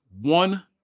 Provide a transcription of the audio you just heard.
one